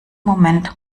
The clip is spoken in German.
moment